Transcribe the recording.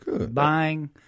buying